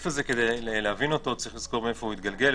כדי להבין את הסעיף הזה צריך לזכור מאיפה הוא התגלגל,